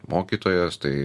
mokytojas tai